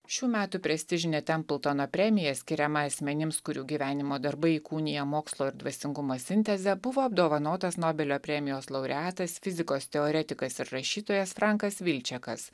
šių metų prestižine templtono premija skiriama asmenims kurių gyvenimo darbai įkūnija mokslo ir dvasingumo sintezę buvo apdovanotas nobelio premijos laureatas fizikos teoretikas ir rašytojas frankas vilčekas